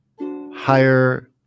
higher